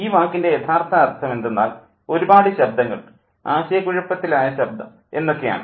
ഈ വാക്കിൻ്റെ യഥാർത്ഥ അർത്ഥം എന്തെന്നാൽ ഒരുപാട് ശബ്ദങ്ങൾ ആശയക്കുഴപ്പത്തിലായ ശബ്ദം എന്നൊക്കെയാണ്